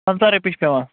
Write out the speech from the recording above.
پنٛژہ رۄپیہِ چھِ پیٚوان